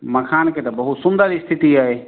मखानके तऽ बहुत सुन्दर स्थिति अइ